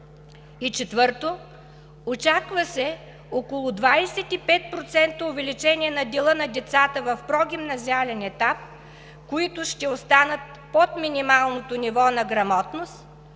очаква се около 25% увеличение на дела на децата в прогимназиален етап, които ще останат под минималното ниво на грамотност,